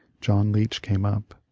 john leech came up.